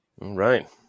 Right